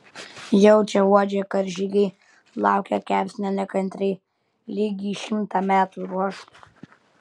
jaučia uodžia karžygiai laukia kepsnio nekantriai lyg jį šimtą metų ruoštų